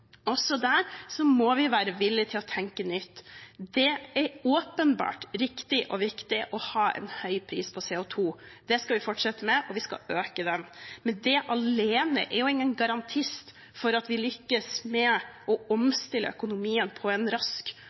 Også der må vi være villige til å tenke nytt. Det er åpenbart riktig og viktig å ha en høy pris på CO 2 . Det skal vi fortsette med, og vi skal øke den. Men det alene er jo ingen garantist for at vi lykkes med å omstille økonomien på en rask